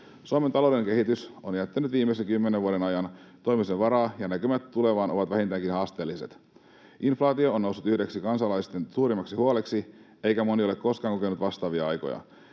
Suomen talouden kehitys on jättänyt viimeisen kymmenen vuoden ajan toivomisen varaa ja näkymät tulevaan ovat vähintäänkin haasteelliset. Inflaatio on noussut yhdeksi kansalaisten suurimmaksi huoleksi, eikä moni ole koskaan kokenut vastaavia aikoja.